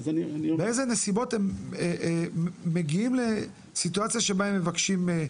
באיזה נסיבות הם מגיעים לסיטואציה שבה הם מבקשים מקלט?